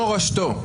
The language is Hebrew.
זו מורשתו.